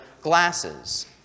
glasses